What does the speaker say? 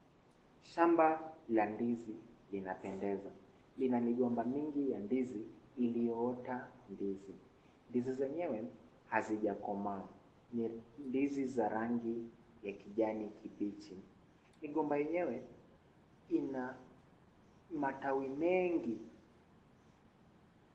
Shamba la ndizi linapendeza. Lina migomba mingi ya ndizi iliyoota ndizi. Ndizi zenyewe hazijakomaa . Ni ndizi za rangi ya kijani kibichi. Migomba yenyewe ina matawi mengi.